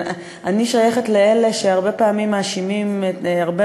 אני שייכת לאלה שהרבה פעמים מאשימים שהרבה